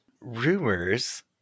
Rumors